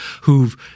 who've